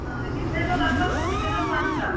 یِم تھٲوزیٚو لَگ بَگ یِم تہِ تھٲوزیٚو پنٛژاہ